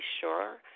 sure